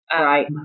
Right